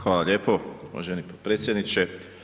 Hvala lijepo uvaženi potpredsjedniče.